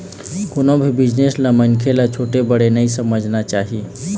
कोनो भी बिजनेस ल मनखे ल छोटे बड़े नइ समझना चाही